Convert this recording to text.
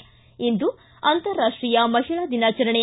ಿ ಇಂದು ಅಂತರಾಷ್ಟೀಯ ಮಹಿಳಾ ದಿನಾಚರಣೆ